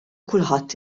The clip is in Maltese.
kulħadd